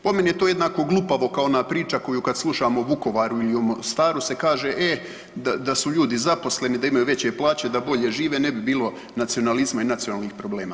Po meni je to jednako glupavo kao ona priča koju kad slušamo o Vukovaru ili Mostaru se kaže „e da su ljudi zaposleni, da imaju veće plaće, da bolje žive ne bi bilo nacionalizma i nacionalnih problema“